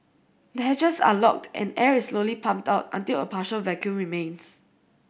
the hatches are locked and air is slowly pumped out until a partial vacuum remains